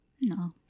No